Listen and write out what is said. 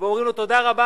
והיו אומרים לו: תודה רבה,